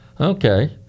Okay